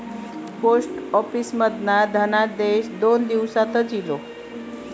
post office मधना धनादेश दोन दिवसातच इलो